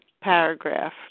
paragraph